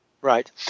Right